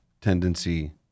tendency